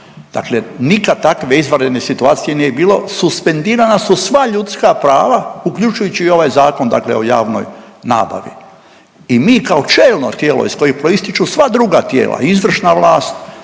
dakle nikad takve izvanredne situacije nije bilo, suspendirana su sva ljudska prava, uključujući i ovaj zakon, dakle o javnoj nabavi i mi kao čelno tijelo iz kojih proističu sva druga tijela, i izvršna vlast,